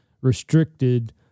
restricted